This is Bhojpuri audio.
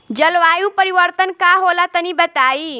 जलवायु परिवर्तन का होला तनी बताई?